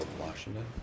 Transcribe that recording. Washington